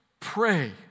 Pray